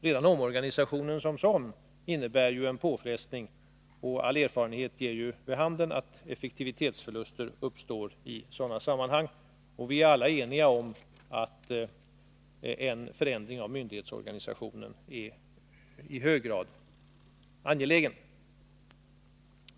Redan omorganisationen som sådan innebär ju en påfrestning, och all erfarenhet ger vi handen att effektivitetsförluster uppstår i sådana samman hang. Vi är alla ense om att en förändring av myndighetsorganisationen är i hög grad angelägen.